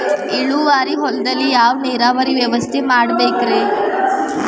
ಇಳುವಾರಿ ಹೊಲದಲ್ಲಿ ಯಾವ ನೇರಾವರಿ ವ್ಯವಸ್ಥೆ ಮಾಡಬೇಕ್ ರೇ?